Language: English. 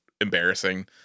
embarrassing